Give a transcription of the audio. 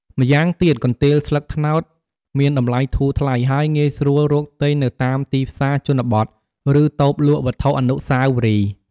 ម្យ៉ាងទៀត កន្ទេលស្លឹកត្នោតមានតម្លៃធូរថ្លៃ ហើយងាយស្រួលរកទិញនៅតាមទីផ្សារជនបទ ឬតូបលក់វត្ថុអនុស្សាវរីយ៍។